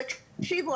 תקשיבו,